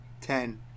Ten